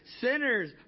sinners